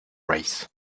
race